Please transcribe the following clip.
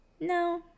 no